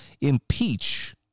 impeach